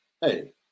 hey